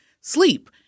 sleep